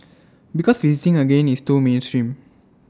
because visiting again is too mainstream